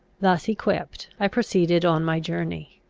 thus equipped, i proceeded on my journey,